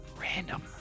random